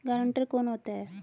Guarantor कौन होता है?